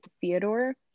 theodore